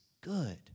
good